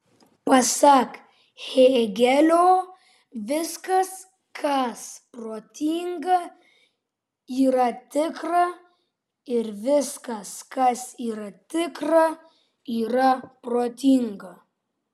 pasak hėgelio viskas kas protinga yra tikra ir viskas kas tikra yra protinga